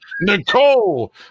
Nicole